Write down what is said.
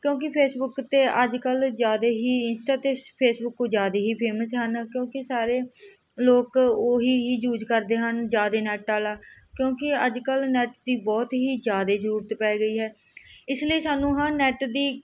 ਕਿਉਂਕਿ ਫੇਸਬੁਕ 'ਤੇ ਅੱਜ ਕੱਲ੍ਹ ਜ਼ਿਆਦਾ ਹੀ ਇੰਸਟਾ ਅਤੇ ਫੇਸਬੂੱਕ ਜ਼ਿਆਦਾ ਹੀ ਫੇਮਸ ਹਨ ਕਿਉਂਕਿ ਸਾਰੇ ਲੋਕ ਉਹੀ ਹੀ ਯੂਜ ਕਰਦੇ ਹਨ ਜ਼ਿਆਦਾ ਨੈੱਟ ਵਾਲਾ ਕਿਉਂਕਿ ਅੱਜ ਕੱਲ੍ਹ ਨੈਟ ਦੀ ਬਹੁਤ ਹੀ ਜ਼ਿਆਦਾ ਜ਼ਰੂਰਤ ਪੈ ਗਈ ਹੈ ਇਸ ਲਈ ਸਾਨੂੰ ਹਾਂ ਨੈੱਟ ਦੀ